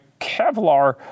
Kevlar